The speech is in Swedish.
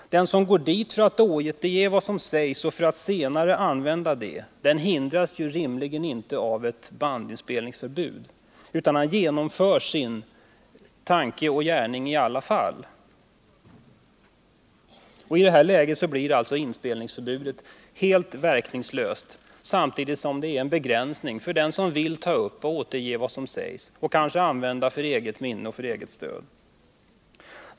Den som går dit för att återge det som sägs och för att senare använda detta hindras rimligen inte av ett inspelningsförbud, utan han genomför sin tanke och gärning i alla fall. Och i det läget blir inspelningsförbudet helt verkningslöst, samtidigt som det är en begränsning för den som vill ta upp och återge vad som sägs och kanske använda detta som stöd för minnet.